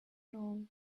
know